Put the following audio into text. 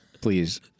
please